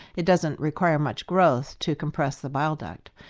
it doesn't require much growth to compress the bile duct.